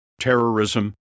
terrorism